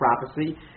prophecy